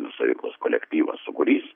nuosaikus kolektyvas sukūrys